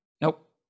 Nope